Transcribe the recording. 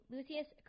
Lucius